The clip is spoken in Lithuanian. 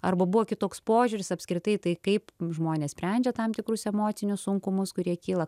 arba buvo kitoks požiūris apskritai tai kaip žmonės sprendžia tam tikrus emocinius sunkumus kurie kyla